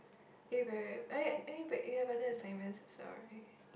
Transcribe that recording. eh you very I I eh but wait you have other assignment also right